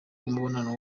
umubonano